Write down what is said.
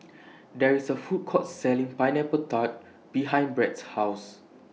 There IS A Food Court Selling Pineapple Tart behind Brad's House